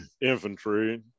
infantry